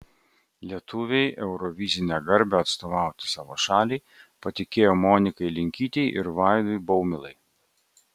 lietuviai eurovizinę garbę atstovauti savo šaliai patikėjo monikai linkytei ir vaidui baumilai